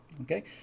Okay